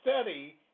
study